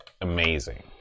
amazing